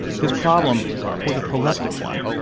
his problem was a proleptic one.